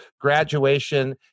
graduation